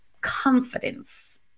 confidence